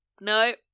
No